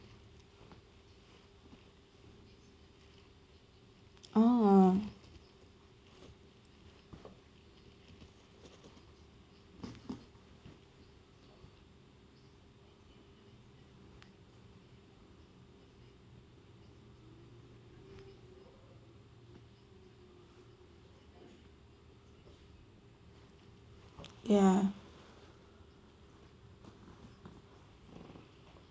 oh yeah